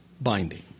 binding